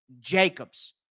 Jacobs